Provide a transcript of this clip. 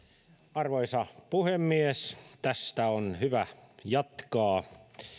arvoisa puhemies tästä on hyvä jatkaa